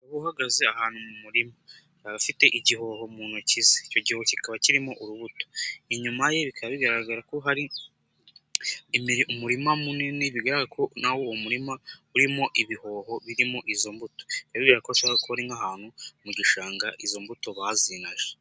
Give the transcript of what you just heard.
Umugabo uhagaze ahantu mu murima akaba afite igihoho mu ntoki ze icyo gihoho kikaba kirimo urubuto, inyuma ye bikaba bigaragara ko hari umurima munini bigaragara ko nawo uwo murima urimo ibihoho birimo izo mbuto, bikaba bigaragara ko hashobora kuba ari nk'ahantu mu gishanga izo mbuto bazinaje.